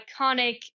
iconic